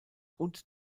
und